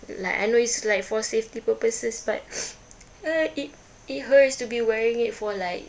like I know it's like for safety purposes but it it hurts to be wearing it for like